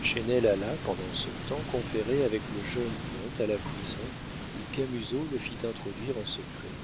chesnel alla pendant ce temps conférer avec le jeune comte à la prison où camusot le fit introduire en secret